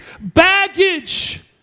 baggage